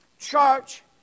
Church